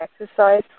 exercise